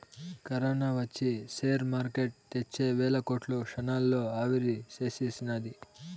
corona ఒచ్చి share market తెచ్చే వేల కోట్లు క్షణాల్లో ఆవిరిసేసినాది